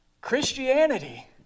Christianity